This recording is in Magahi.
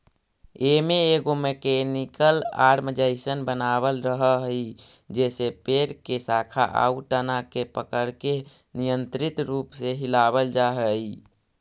एमे एगो मेकेनिकल आर्म जइसन बनावट रहऽ हई जेसे पेड़ के शाखा आउ तना के पकड़के नियन्त्रित रूप से हिलावल जा हई